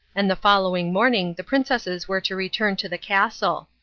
and the following morning the princesses were to return to the castle.